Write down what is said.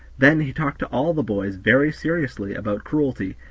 then he talked to all the boys very seriously about cruelty,